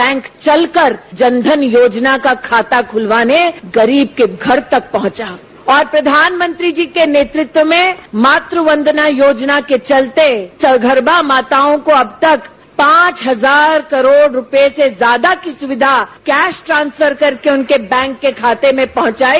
bank चलकर जनधन योजना का खाता खुलवाने गरीब के घर तक पहुंचा और प्रधानमंत्री जी के नेतृत्व में मातुवंदना योजना के चलते सगर्मा माताओं को अब तक पांच हजार करोड़ रूपये से ज्यादा की सुविधा कैश ट्रांसफर करके उनके बैंक के खाते में पहंचाई